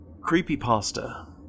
creepypasta